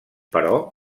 però